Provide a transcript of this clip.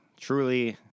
Truly